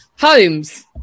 Holmes